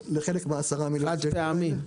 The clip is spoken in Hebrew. חד פעמי.